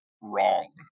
Wrong